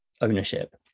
ownership